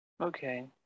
Okay